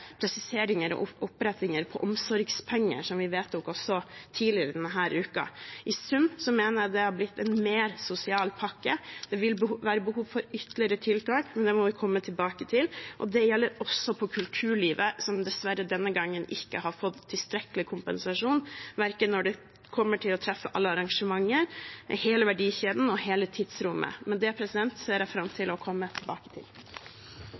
presiseringer og opprettinger når det gjelder omsorgspenger, som vi vedtok også tidligere denne uken. I sum mener jeg det har blitt en mer sosial pakke. Det vil være behov for ytterligere tiltak, men det må vi komme tilbake til. Det gjelder også for kulturlivet, som denne gangen dessverre ikke har fått tilstrekkelig kompensasjon, verken når det kommer til å treffe alle arrangementer, hele verdikjeden eller hele tidsrommet. Men det ser jeg fram til å komme tilbake til.